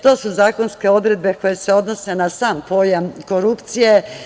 To su zakonske odredbe koje se odnose na sam pojam korupcije.